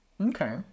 Okay